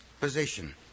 position